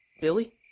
Billy